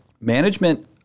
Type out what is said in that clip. Management